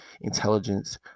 intelligence